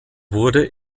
wurde